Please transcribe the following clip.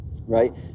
right